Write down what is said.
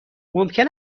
ممکن